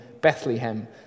Bethlehem